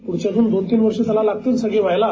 पुढचे अजून दोन तीन वर्ष त्याला लागतील सगळे व्हायला